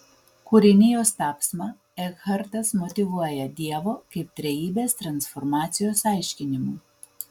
kūrinijos tapsmą ekhartas motyvuoja dievo kaip trejybės transformacijos aiškinimu